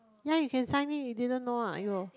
yea you can sign in you didn't know ah !aiyo!